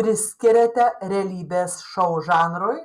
priskiriate realybės šou žanrui